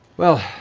well,